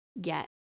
get